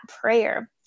prayer